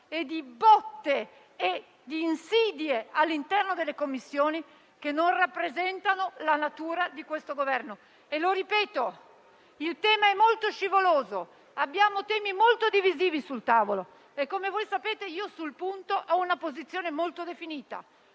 di botte e di insidie all'interno delle Commissioni, che non rappresentano la natura di questo Governo. Lo ripeto: il tema è molto scivoloso e abbiamo temi molto divisivi sul tavolo. Come voi sapete, io sul punto ho una posizione molto definita,